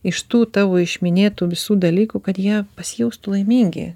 iš tų tavo iš minėtų visų dalykų kad jie pasijustų laimingi